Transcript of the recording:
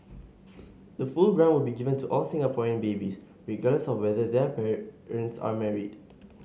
the full grant will be given to all Singaporean babies regardless of whether their parents are married